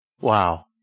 Wow